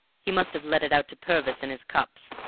he must have let it out to purvis in his cups.